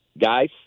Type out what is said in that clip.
guys